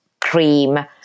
cream